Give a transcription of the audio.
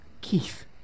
Keith